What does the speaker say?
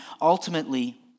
Ultimately